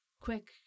quick